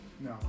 No